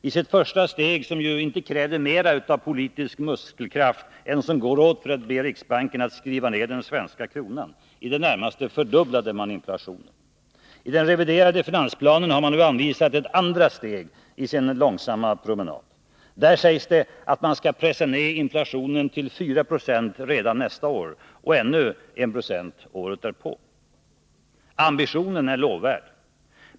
I sitt första steg, som inte krävde mera politisk muskelkraft än som går åt för att be riksbanken skriva ned den svenska kronan, i det närmaste fördubblade man inflationen. I den reviderade finansplanen har man aviserat ett andra steg i sin långsamma promenad. Där sägs det att man skall pressa ned inflationen till 4 Yo redan nästa år och ännu 1 96 året därpå. Ambitionen är lovvärd.